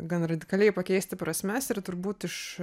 gan radikaliai pakeisti prasmes ir turbūt iš